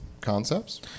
Concepts